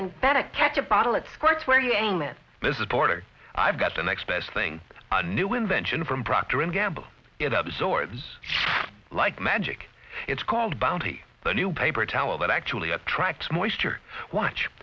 porter i've got the next best thing a new invention from procter and gamble it absorbs like magic it's called bounty the new paper towel that actually attracts more eastern watch